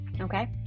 okay